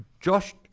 josh